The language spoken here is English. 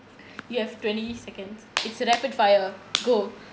you have twenty second it's rapid fire go